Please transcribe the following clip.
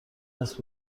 است